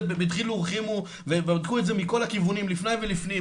בדחילו ורחימו והם בדקו את זה מכל הכיוונים לפני ובפנים,